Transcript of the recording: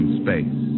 space